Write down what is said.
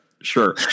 sure